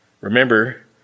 Remember